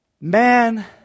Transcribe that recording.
man